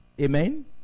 amen